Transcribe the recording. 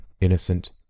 innocent